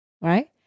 right